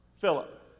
Philip